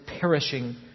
perishing